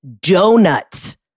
donuts